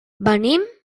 venim